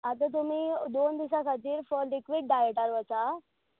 आतां तुमी दोन दिसा खातीर फॉ लिक्वीड डायटार वचात